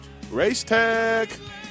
Racetech